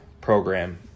program